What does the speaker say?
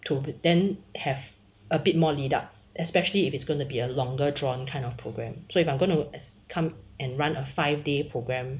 to then have a bit more lead up especially if it's gonna be a longer drawn kind of program so if I'm going to as come and run a five day programme